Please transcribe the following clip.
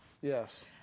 Yes